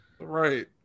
right